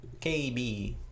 KB